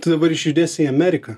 tu dabar išjudėsi į ameriką